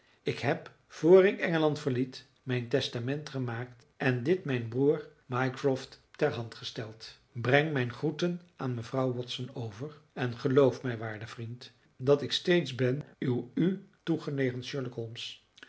ik heb voor ik engeland verliet mijn testament gemaakt en dit mijn broer mycroft ter hand gesteld breng mijn groeten aan mevrouw watson over en geloof mij waarde vriend dat ik steeds ben uw u